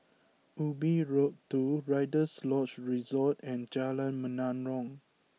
Ubi Road two Rider's Lodge Resort and Jalan Menarong